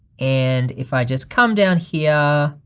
and, if i just come down here,